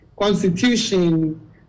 constitution